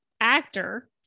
actor